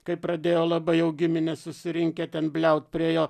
kai pradėjo labai jau giminės susirinkę ten bliaut prie jo